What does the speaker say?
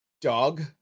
dog